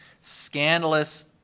scandalous